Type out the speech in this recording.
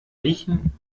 riechen